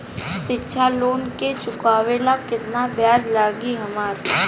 शिक्षा लोन के चुकावेला केतना ब्याज लागि हमरा?